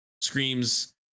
screams